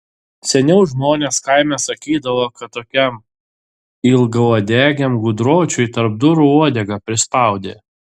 seniau žmonės kaime sakydavo kad tokiam ilgauodegiam gudročiui tarp durų uodegą prispaudė